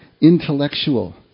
intellectual